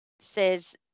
says